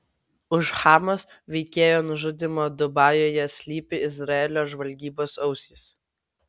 už hamas veikėjo nužudymo dubajuje slypi izraelio žvalgybos ausys